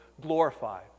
glorified